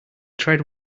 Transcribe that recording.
tread